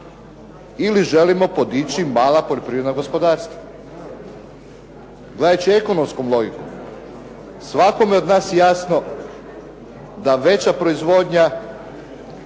ili želimo podići mala poljoprivredna gospodarstva. Gledajući ekonomskom logikom, svakome je od nas jasno da veća proizvodnja